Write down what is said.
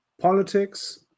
politics